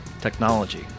technology